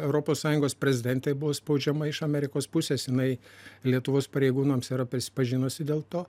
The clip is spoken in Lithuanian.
europos sąjungos prezidentė buvo spaudžiama iš amerikos pusės jinai lietuvos pareigūnams yra prisipažinusi dėl to